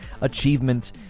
achievement